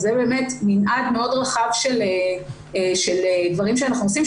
זה מנעד מאוד רחב של דברים שאנחנו עושים,